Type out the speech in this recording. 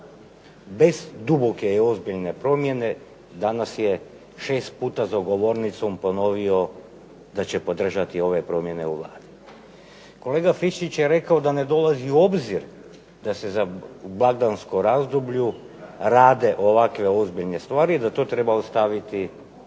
Bez duboke i ozbiljne promjene danas je 6 puta za govornicom ponovio da će podržati ove promjene u Vladi. Kolega Friščić je rekao da ne dolazi u obzir da se u blagdanskom razdoblju rade ovakve ozbiljne stvari, da to treba ostaviti za